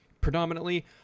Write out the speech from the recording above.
predominantly